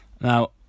now